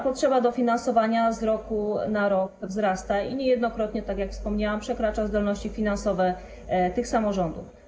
Potrzeba dofinansowania z roku na rok wzrasta i niejednokrotnie, tak jak wspomniałam, przekracza zdolności finansowe tych samorządów.